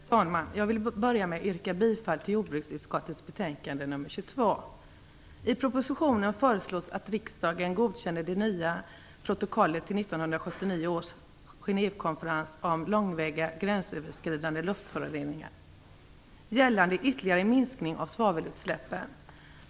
Herr talman! Jag vill börja med att yrka bifall till hemställan i jordbruksutskottets betänkande nr 22. I propositionen föreslås att riksdagen godkänner det nya protokollet till 1979 års Genèvekonvention om långväga gränsöverskridande luftföroreningar gällande ytterligare minskning av svavelutsläppen.